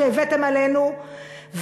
שהבאתם עלינו,